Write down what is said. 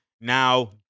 now